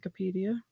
Wikipedia